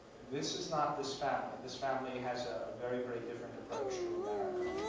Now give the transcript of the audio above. this is not this family. this family has a very, very different approach to america.